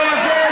היום הזה,